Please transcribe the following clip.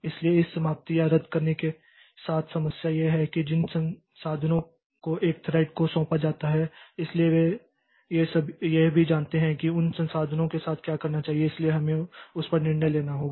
इसलिए इस समाप्ति या रद्द करने के साथ समस्या यह है कि जिन संसाधनों को एक थ्रेड को सौंपा जाता है इसलिए वे यह भी जानते हैं कि उन संसाधनों के साथ क्या करना है इसलिए हमें उस पर निर्णय लेना होगा